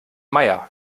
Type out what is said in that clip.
meier